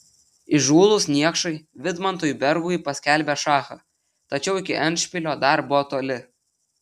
įžūlūs niekšai vidmantui bergui paskelbė šachą tačiau iki endšpilio dar buvo toli